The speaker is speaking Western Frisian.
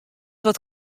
wat